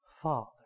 father